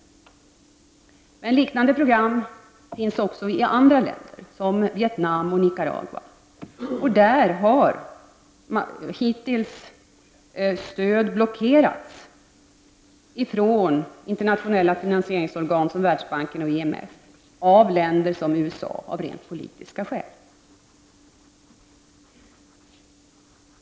Liknande program genomförs också i andra länder, såsom Vietnam och Nicaragua. I dessa länder har stöden hittills blockerats av internationella finansieringsorgan, såsom Världsbanken och IMF, och av rent politiska skäl av länder som USA.